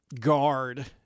guard